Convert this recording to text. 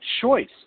choice